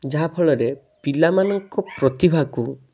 ଯାହା ଫଳରେ ପିଲାମାନଙ୍କ ପ୍ରତିଭାକୁ